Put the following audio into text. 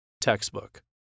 textbook